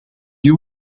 you